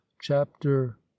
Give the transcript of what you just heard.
chapter